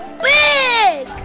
big